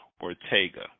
Ortega